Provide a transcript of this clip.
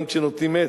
גם כשנוטעים עץ,